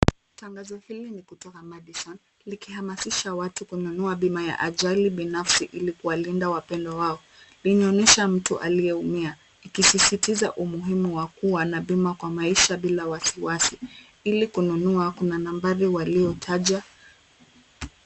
Tangazo hili ni kutoka Madison, likihamasisha watu kununua bima ya ajali binafsi ili kuwalinda wapendwa wao. Linaonyesha mtu aliyeumia, likisisitiza umuhimu wa mtu kuwa na bima kwa maisha bila wasi wasi. Ili kununua, kuna nambari waliotaja.